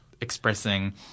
expressing